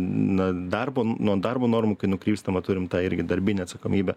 na darbo nuo darbo normų kai nukrypstama turim tą irgi darbinę atsakomybę